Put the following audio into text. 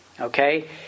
okay